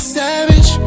savage